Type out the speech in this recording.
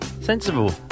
sensible